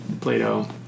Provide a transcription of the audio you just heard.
Plato